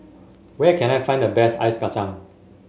where can I find the best Ice Kacang